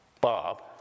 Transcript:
Bob